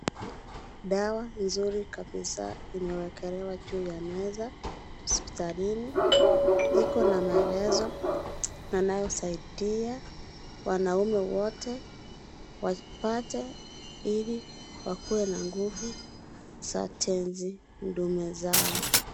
Dawa nzuri kabisaa imewekelewa juu ya meza, hospitalini, iko na maelezo, inaosaidia, wanaume wote, wapate, ili waweze kuwa na nguvu za tenzi ndume zao.